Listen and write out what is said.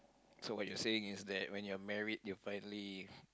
so what you're saying is that when you're married you finally